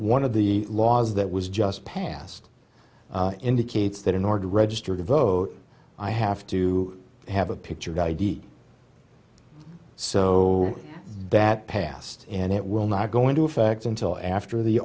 one of the laws that was just passed indicates that in order to register to vote i have to have a picture id so that passed and it will not go into effect until after the